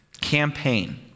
campaign